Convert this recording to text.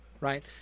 right